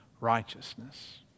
righteousness